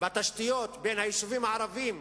בתשתיות בין היישובים הערביים